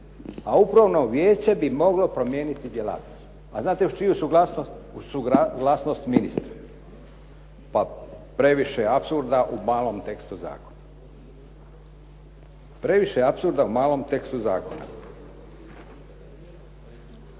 a upravno vijeće bi moglo promijeniti djelatnost. A znate uz čiju suglasnost? Uz suglasnost ministra. Pa previše apsurda u malom tekstu zakona.